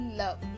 love